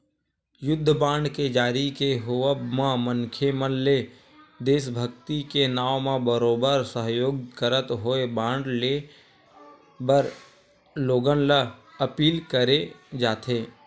युद्ध बांड के जारी के होवब म मनखे मन ले देसभक्ति के नांव म बरोबर सहयोग करत होय बांड लेय बर लोगन ल अपील करे जाथे